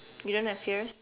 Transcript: you don't have yours